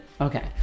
Okay